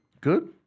Good